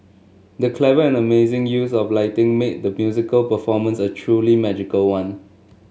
the clever and amazing use of lighting made the musical performance a truly magical one